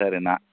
sir நான்